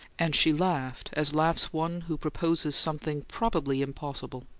and she laughed as laughs one who proposes something probably impossible.